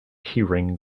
keyring